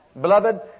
Beloved